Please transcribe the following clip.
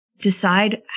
decide